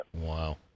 Wow